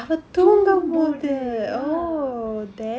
தூங்கும்போது:thungumpothu ya